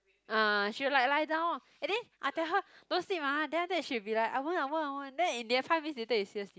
ah she will like lie down ah and then I tell her don't sleep ah then after that she'll be like I won't I won't I won't then in the end five minutes later you see her sleep